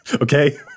Okay